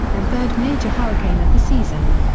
and third major hurricane of the season.